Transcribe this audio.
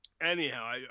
anyhow